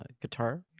guitar